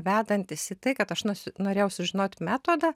vedantys į tai kad aš nusi norėjau sužinot metodą